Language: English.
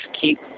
keep